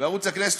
בערוץ הכנסת,